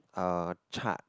uh charge